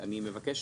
אני מבקש,